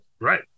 Right